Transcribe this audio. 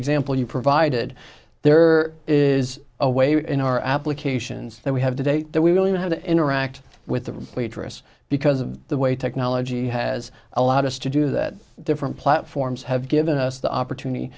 example you provided there is a way in our applications that we have today that we really know how to interact with the waitress because of the way technology has allowed us to do that different platforms have given us the opportunity